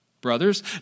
brothers